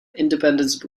independence